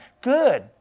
Good